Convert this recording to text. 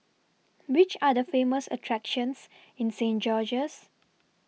Which Are The Famous attractions in Saint George's